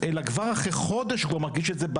אלא כבר אחרי חודש הוא כבר מרגיש את זה,